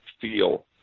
feel